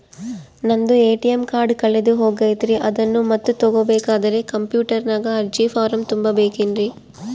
ನಂದು ATM card ಕಳೆದು ಹೋಗೈತ್ರಿ ಅದನ್ನು ಮತ್ತೆ ತಗೋಬೇಕಾದರೆ ಕಂಪ್ಯೂಟರ್ ನಾಗ ಅರ್ಜಿ ಫಾರಂ ತುಂಬಬೇಕನ್ರಿ?